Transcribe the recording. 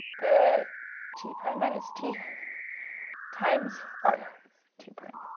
the t prime minus t times r t prime.